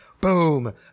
Boom